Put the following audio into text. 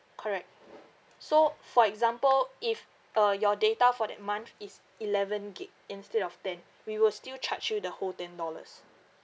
correct so for example if uh your data for that month is eleven gigabyte instead of ten we will still charge you the whole ten dollars